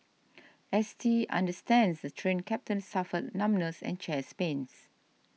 S T understands that the Train Captain suffered numbness and chest pains